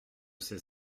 sais